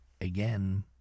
again